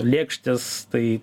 lėkštės tai